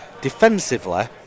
defensively